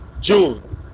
June